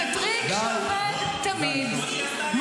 זה טריק שעובד תמיד.